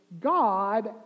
God